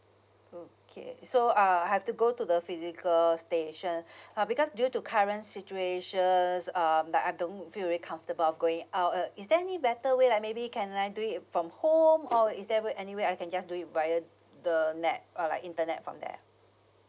okay so uh I have to go to the physical station uh because due to current situations um like I don't feel very comfortable of going out uh is there any better way like maybe can I do it from home or is there ever any way I can just do it via the net uh like internet from there